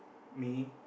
me